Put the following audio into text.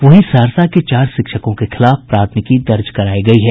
वहीं सहरसा के चार शिक्षकों के खिलाफ प्राथमिकी दर्ज करायी गयी है